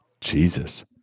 Jesus